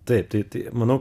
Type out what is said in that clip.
taip tai tai manau